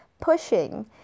pushing